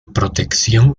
protección